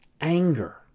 anger